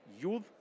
youth